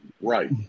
Right